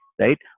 right